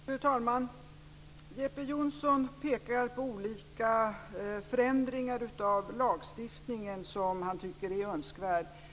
Fru talman! Jeppe Johnsson pekar på olika förändringar av lagstiftningen som han tycker är önskvärda.